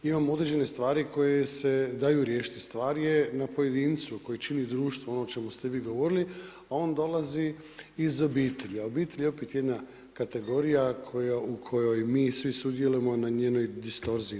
Imamo određene stvari koje se daju riješit, stvar je na pojedincu koji čini društvo, ono o čemu ste vi govorili, a on dolazi iz obitelji, a obitelj je opet jedna kategorija u kojoj mi svi sudjelujemo na njenoj distorziji.